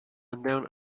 sundown